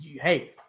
Hey